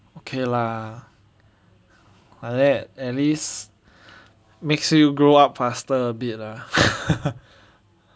okay lah like that at least makes you grow up faster a bit lah